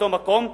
באותו מקום.